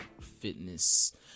fitness